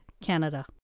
Canada